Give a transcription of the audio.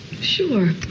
Sure